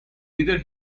neither